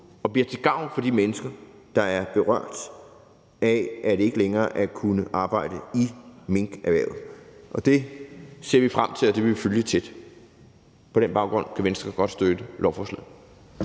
og bliver til gavn for de mennesker, der er berørt af, at de ikke længere kan arbejde i minkerhvervet. Det ser vi frem til, og det vil vi følge tæt. På den baggrund kan Venstre godt støtte lovforslaget.